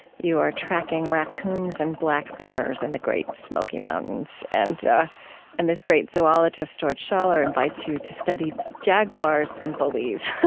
you are tracking raccoons and black bears in the great smoky mountains, and and this great zoologist, george schaller, invites you to study jaguars in belize.